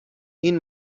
این